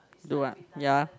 do what ya